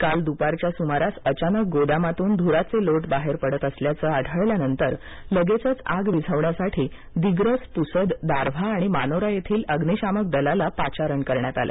काल दुपारच्या सुमारास अचानक गोदामातून धुराचे लोट बाहेर पडत असल्याचे आढळल्यानंतर लगेचच आग विझविण्यासाठी दिग्रस प्रसद दारव्हा आणि मानोरा येथील अग्निशामक दलाला पाचारण करण्यात आले